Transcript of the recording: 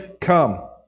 Come